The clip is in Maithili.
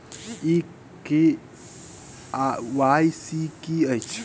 ई के.वाई.सी की अछि?